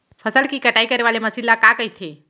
फसल की कटाई करे वाले मशीन ल का कइथे?